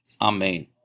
Amen